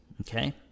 Okay